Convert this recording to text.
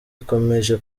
ikomeje